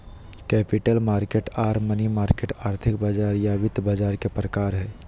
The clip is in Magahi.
कैपिटल मार्केट आर मनी मार्केट आर्थिक बाजार या वित्त बाजार के प्रकार हय